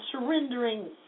surrendering